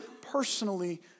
personally